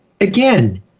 again